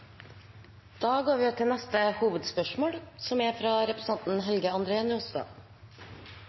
Da går vi til neste hovedspørsmål.